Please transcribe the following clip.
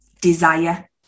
desire